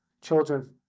children